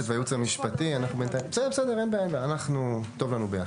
לבין הייעוץ המשפטי; טוב לנו ביחד,